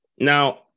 now